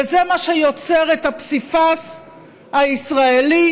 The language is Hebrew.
וזה מה שיוצר את הפסיפס הישראלי,